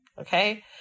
Okay